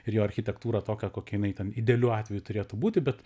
ir jo architektūrą tokią kokia jinai ten idealiu atveju turėtų būti bet